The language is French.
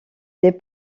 des